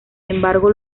embargo